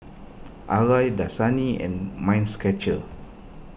Arai Dasani and Mind Stretcher